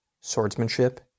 swordsmanship